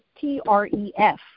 T-R-E-F